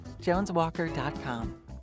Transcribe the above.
JonesWalker.com